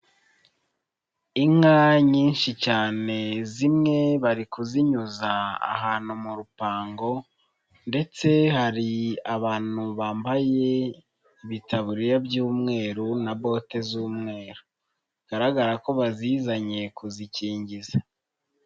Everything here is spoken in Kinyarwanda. Inka nyinshi cyane zimwe bari kuzinyuza ahantu mu rupango ndetse hari abantu bambaye ibitaburariya by'umweru na bote z'umweru. Bigaragara ko bazizanye kuzikingiza.